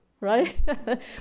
right